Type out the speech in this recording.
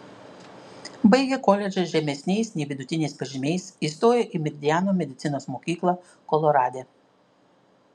baigė koledžą žemesniais nei vidutiniai pažymiais įstojo į meridiano medicinos mokyklą kolorade